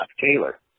Taylor